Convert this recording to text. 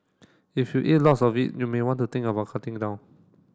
if you eat lots of it you may want to think about cutting down